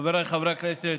חבריי חברי הכנסת,